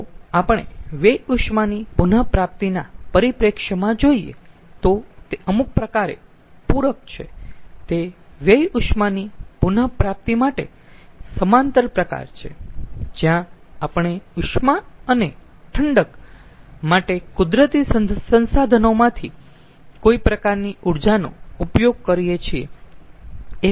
જો આપણે વ્યય ઉષ્માની પુનપ્રાપ્તિના પરિપ્રેક્ષ્યમાં જોઈએ તો તે અમુક પ્રકારે પૂરક છે તે વ્યય ઉષ્માની પુન પ્રાપ્તિ માટે સમાંતર પ્રકાર છે જ્યાં આપણે ઉષ્મા અને ઠંડક માટે કુદરતી સંસાધનોમાંથી કોઈ પ્રકારની ઊર્જાનો ઉપયોગ કરીયે છીએ